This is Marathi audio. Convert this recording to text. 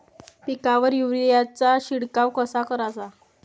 पिकावर युरीया चा शिडकाव कसा कराचा?